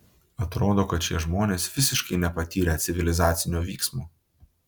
atrodo kad šie žmonės visiškai nepatyrę civilizacinio vyksmo